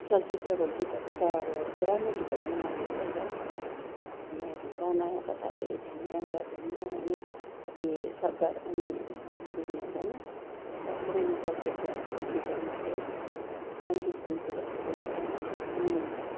चलचित्रको गीतहरू त अब पुरानो गीतहरू नै मलाई मनपर्छ नयाँभन्दा नयाँ त साह्रै झ्याङझ्याङ र झुङझुङ अनि कति शब्दहरू पनि बुझ्ने हुँदैन र पुरानो चलचित्रको गीतहरूमा चाहिँ सङ्गीत कम्ती भएकोले गर्दा अनि